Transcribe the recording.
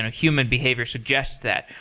human behaviors suggest that.